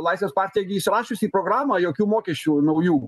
laisvės partija gi įsirašius į programą jokių mokesčių naujų